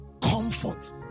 Comfort